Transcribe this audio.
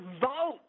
vote